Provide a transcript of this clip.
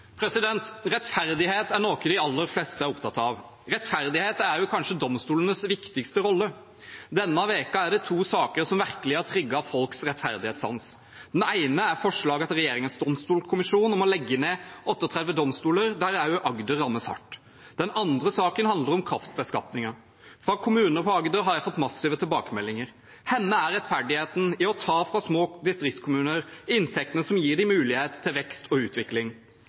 Rettferdighet er noe som de aller fleste er opptatt av. Rettferdighet er domstolenes kanskje viktigste rolle. Denne uken er det to saker som virkelig har trigget folks rettferdighetssans. Den ene er forslaget fra regjeringens domstolkommisjon om å legge ned 38 domstoler, der også Agder rammes hardt. Den andre saken handler om kraftbeskatningen. Fra kommuner på Agder har jeg fått massive tilbakemeldinger. Hvor er rettferdigheten i å ta fra små distriktskommuner de inntektene som gir dem mulighet til vekst og utvikling?